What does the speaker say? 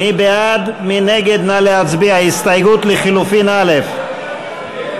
ההסתייגות לחלופין (א)